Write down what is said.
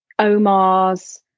omars